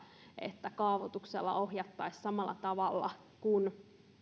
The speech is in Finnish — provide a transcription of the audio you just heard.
että kaavoituksella ohjattaisiin samalla tavalla kuin